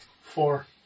Four